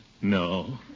no